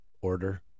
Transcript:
order